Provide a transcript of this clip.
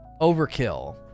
overkill